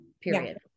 period